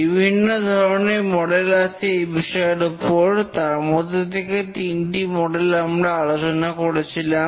বিভিন্ন ধরনের মডেল আছে এই বিষয়ের উপর তার মধ্যে থেকে তিনটি মডেল আমরা আলোচনা করেছিলাম